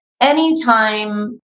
anytime